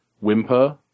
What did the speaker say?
whimper